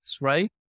right